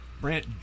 Brant